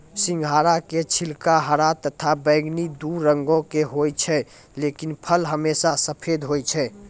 सिंघाड़ा के छिलका हरा तथा बैगनी दू रंग के होय छै लेकिन फल हमेशा सफेद होय छै